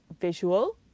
visual